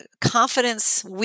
confidence